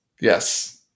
Yes